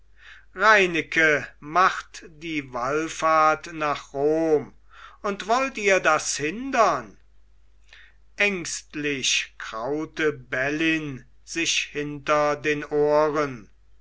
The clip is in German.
reineke macht die wallfahrt nach rom und wollt ihr das hindern ängstlich kraute bellyn sich hinter den ohren